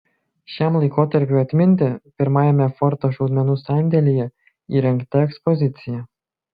šiam laikotarpiui atminti pirmajame forto šaudmenų sandėlyje įrengta ekspozicija